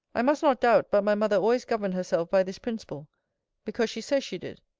i must not doubt, but my mother always governed herself by this principle because she says she did.